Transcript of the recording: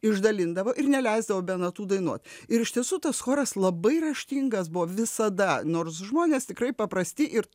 išdalindavo ir neleisdavo be natų dainuot ir iš tiesų tas choras labai raštingas buvo visada nors žmonės tikrai paprasti ir